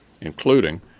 including